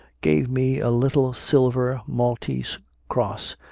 gave me a little silver maltese cross,